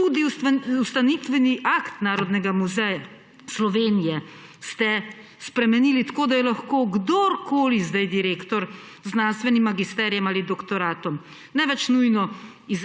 Tudi ustanovitveni akt Narodnega muzeja Slovenije ste spremenili tako, da je lahko kdorkoli zdaj direktor z znanstvenim magisterijem ali doktoratom, ne več nujno